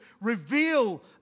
reveal